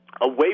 away